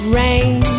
rain